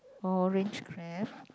orange crab